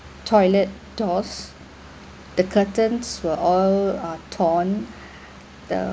toilet doors the curtains were all are torn the